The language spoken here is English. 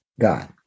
God